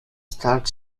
start